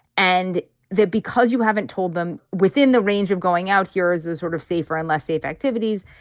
and that because you haven't told them within the range of going out here as a sort of safer and less safe activities.